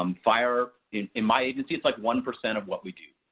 um fire in in my agency is like one percent of what we do.